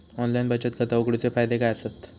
Online बचत खाता उघडूचे फायदे काय आसत?